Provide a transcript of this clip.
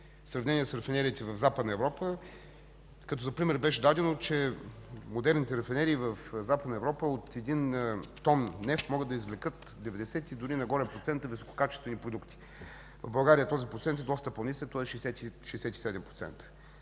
сравнение с рафинериите на Западна Европа, като за пример беше дадено, че модерните рафинерии в Западна Европа от един тон нефт могат да извлекат 90, а дори и повече процента висококачествени продукти. В България този процент е доста по-нисък – 67%.